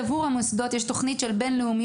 עבור המוסדות יש תוכנית מתוקצבת של בין-לאומיות;